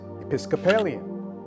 Episcopalian